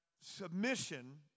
submission